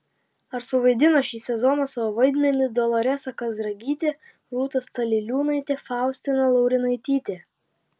ar suvaidino šį sezoną savo vaidmenis doloresa kazragytė rūta staliliūnaitė faustina laurinaitytė